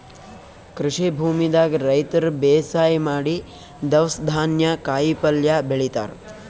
ಕೃಷಿ ಭೂಮಿದಾಗ್ ರೈತರ್ ಬೇಸಾಯ್ ಮಾಡಿ ದವ್ಸ್ ಧಾನ್ಯ ಕಾಯಿಪಲ್ಯ ಬೆಳಿತಾರ್